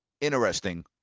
interesting